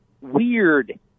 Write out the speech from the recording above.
weird